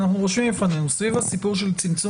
ואנחנו רושמים לפנינו סביב הסיפור של צמצום